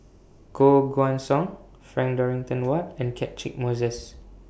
Koh Guan Song Frank Dorrington Ward and Catchick Moses